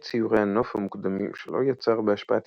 את ציורי הנוף המוקדמים שלו יצר בהשפעת